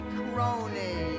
crony